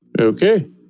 okay